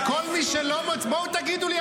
די,